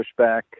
pushback